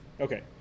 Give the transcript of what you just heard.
Okay